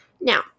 Now